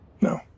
No